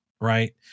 right